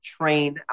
Train